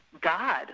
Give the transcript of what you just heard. god